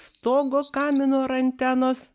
stogo kamino ar antenos